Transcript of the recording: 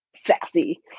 sassy